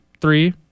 three